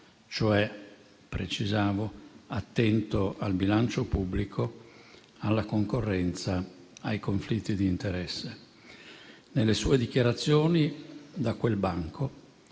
cioè - precisavo - attento al bilancio pubblico, alla concorrenza, ai conflitti di interesse. Nelle sue dichiarazioni, da quel banco,